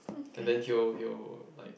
and then he will he will like